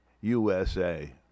USA